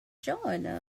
join